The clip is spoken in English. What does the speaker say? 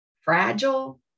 fragile